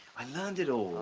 i learned it all